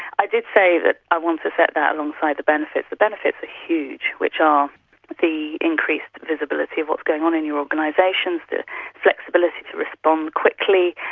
i did say that i wanted to set that alongside the benefits, the benefits are huge, which are the increased visibility of what's going on in your organisation, the flexibility to respond quickly,